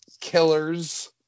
killers